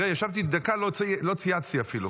ישבתי, דקה לא צייצתי אפילו.